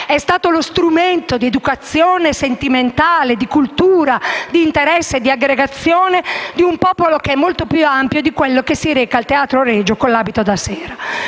è stato lo strumento di educazione sentimentale, di cultura, di interesse e di aggregazione di un popolo che è molto più ampio di quello che si reca al Teatro Regio con l'abito da sera.